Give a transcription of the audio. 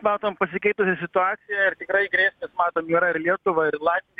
matom pasikeitusią situaciją ir tikrai grėsmės matom yra ir lietuvai ir latvijai